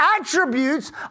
attributes